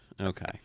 Okay